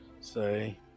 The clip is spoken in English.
say